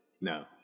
No